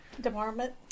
department